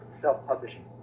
self-publishing